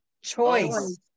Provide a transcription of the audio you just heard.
Choice